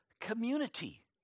community